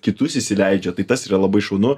kitus įsileidžiat tai tas yra labai šaunu